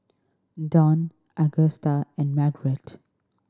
Dawn Agusta and Marguerite